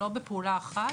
לא בפעולה אחת,